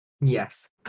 Yes